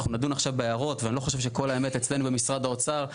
אנחנו נדון עכשיו בהערות ואני לא חושב שכל האמת אצלנו במשרד האוצר.